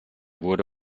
wurde